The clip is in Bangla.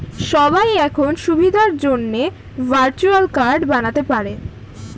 সবাই এখন সুবিধার জন্যে ভার্চুয়াল কার্ড বানাতে পারে